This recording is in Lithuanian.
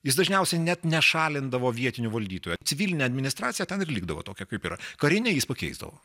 jis dažniausiai net nešalindavo vietinio valdytojo civilinė administracija ten ir likdavo tokia kaip yra karinę jis pakeisdavo